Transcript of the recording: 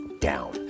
down